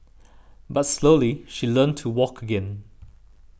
but slowly she learnt to walk again